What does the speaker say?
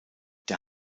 der